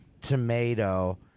tomato